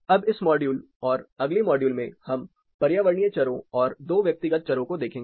अब इस मॉड्यूल और अगले मॉड्यूल में हम पर्यावरणीय चरो और दो व्यक्तिगत चरो को देखेंगे